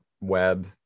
web